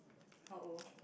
how old